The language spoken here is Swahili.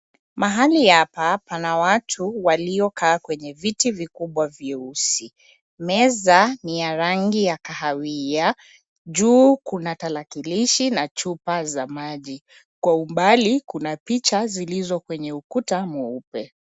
Mahali hapa pana watu waliokaa kwenye viti vikubwa vyeusi. Meza ni ya rangi ya kahawia, juu kuna tarakilishi za chupa na maji. Kwa umbali kuna picha zilizo kwenye ukuta mweupe.